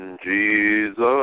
Jesus